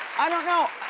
i don't know,